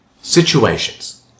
situations